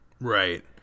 Right